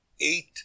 eight